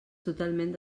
totalment